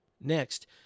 Next